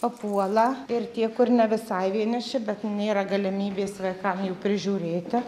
papuola ir tie kur ne visai vieniši bet nėra galimybės vaikam jų prižiūrėti